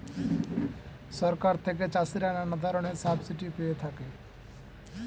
সরকার থেকে চাষিরা নানা ধরনের সাবসিডি পেয়ে থাকে